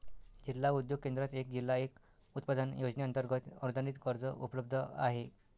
जिल्हा उद्योग केंद्रात एक जिल्हा एक उत्पादन योजनेअंतर्गत अनुदानित कर्ज उपलब्ध आहे